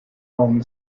own